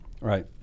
Right